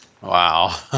Wow